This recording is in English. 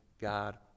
God